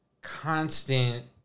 constant